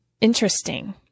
interesting